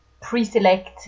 pre-select